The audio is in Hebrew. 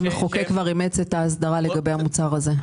המחוקק כבר אימץ את ההסדרה לגבי מוצר הזה.